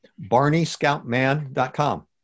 BarneyScoutMan.com